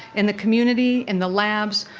in the community, in the labs,